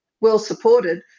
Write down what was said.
well-supported